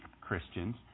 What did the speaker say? Christians